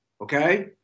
okay